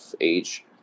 age